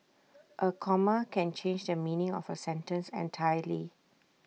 A comma can change the meaning of A sentence entirely